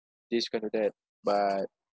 this can't do that but